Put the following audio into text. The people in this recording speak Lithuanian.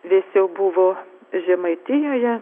vėsiau buvo žemaitijoje